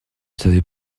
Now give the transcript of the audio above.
savais